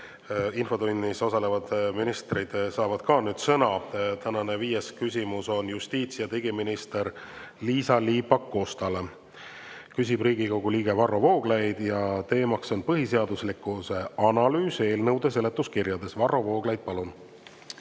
infotunnis osalevad ministrid saavad ka nüüd sõna. Tänane viies küsimus on justiits- ja digiminister Liisa-Ly Pakostale. Küsib Riigikogu liige Varro Vooglaid ja teema on põhiseaduslikkuse analüüs eelnõude seletuskirjades. Varro Vooglaid, palun!